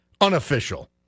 unofficial